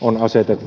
on asetettu muun edelle